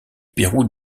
pérou